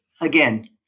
again